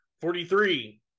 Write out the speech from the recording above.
Forty-three